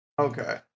okay